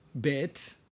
bit